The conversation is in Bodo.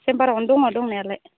चेम्बारावनो दङ दंनायालाय